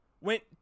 went